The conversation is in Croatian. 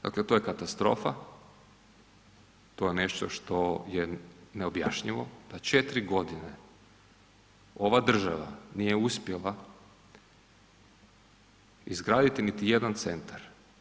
Dakle, to je katastrofa, to je nešto što je neobjašnjivo da četiri godine ova država nije uspjela izgraditi niti jedan centar.